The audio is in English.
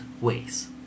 ways